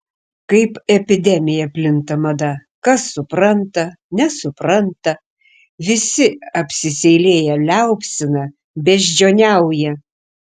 kaip epidemija plinta mada kas supranta nesupranta visi apsiseilėję liaupsina beždžioniauja